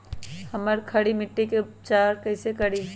हम खड़ी मिट्टी के उपचार कईसे करी?